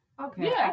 okay